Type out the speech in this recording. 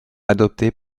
adoptée